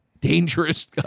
dangerous